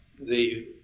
the